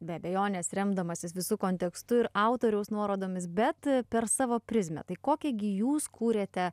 be abejonės remdamasis visu kontekstu ir autoriaus nuorodomis bet per savo prizmę tai kokią gi jūs kūrėte